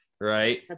right